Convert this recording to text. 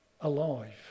Alive